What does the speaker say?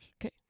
Okay